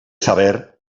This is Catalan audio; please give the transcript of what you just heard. saber